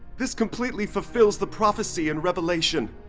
this completely fulfills the prophecy in revelation,